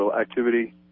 activity